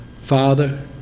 father